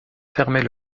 fermer